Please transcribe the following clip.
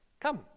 Come